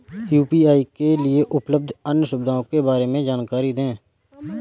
UPI के लिए उपलब्ध अन्य सुविधाओं के बारे में जानकारी दें?